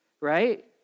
right